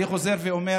אני חוזר ואומר,